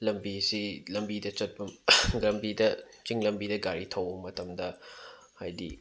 ꯂꯝꯕꯤꯁꯤ ꯂꯝꯕꯤꯗ ꯆꯠꯄ ꯂꯝꯕꯤꯗ ꯆꯤꯡ ꯂꯝꯕꯤꯗ ꯒꯥꯔꯤ ꯊꯧꯕ ꯃꯇꯝꯗ ꯍꯥꯏꯗꯤ